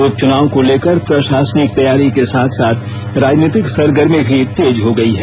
उपचुनाव को लेकर प्रशासनिक तैयारी के साथ साथ राजनीतिक सरगर्मी भी तेज हो गई है